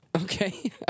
Okay